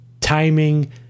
timing